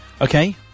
Okay